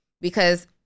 because-